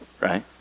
right